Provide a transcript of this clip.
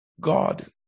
God